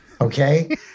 Okay